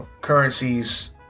Currencies